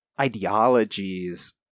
ideologies